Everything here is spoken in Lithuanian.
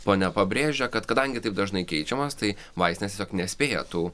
ponia pabrėžia kad kadangi taip dažnai keičiamas tai vaistinės tiesiog nespėja tų